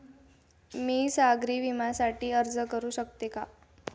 मी सागरी विम्यासाठी अर्ज करू शकते का?